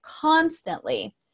constantly